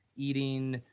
eating,